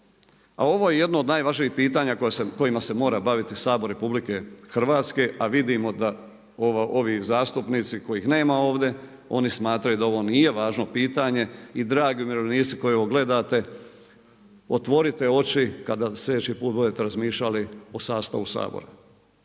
A ovo je jedno od najvažnijih pitanja kojima se mora baviti Sabor RH a vidimo da ovi zastupnici kojih nema ovdje oni smatraju da ovo nije važno pitanje i dragi umirovljenici koji ovo gledate otvorite oči kada sljedeći put budete razmišljali o sastavu Sabora.